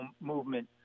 movement